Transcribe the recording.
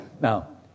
Now